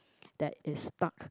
that is stuck